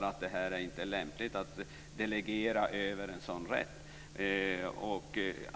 klart att det inte är lämpligt att delegera över en sådan här rätt.